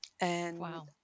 Wow